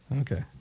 Okay